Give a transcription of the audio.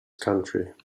country